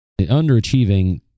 underachieving